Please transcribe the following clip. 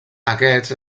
aquests